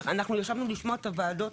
אנחנו ישבנו לשמוע בוועדות